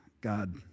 God